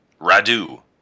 Radu